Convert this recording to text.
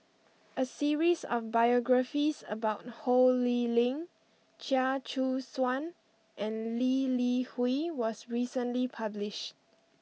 a series of biographies about Ho Lee Ling Chia Choo Suan and Lee Li Hui was recently publish